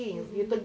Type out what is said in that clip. mmhmm